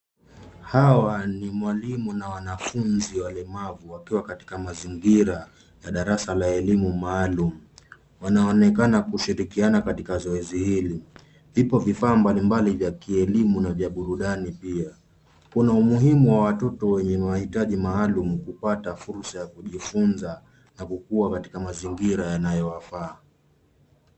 Hawa ni mwalimu na wanafunzi walemavu wakiwa katika mazingira ya darasa la elimu maalum. Wanaonekana kushirikiana katika zoezi hili. Ipo vifaa mbalimbali vya kielimu na vya burudani pia. Kuna umuhimu wa watoto wenye wanahitaji maalum kupata fursa ya kujifunza na kukua katika mazingira yanayowafaa.